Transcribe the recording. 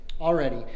already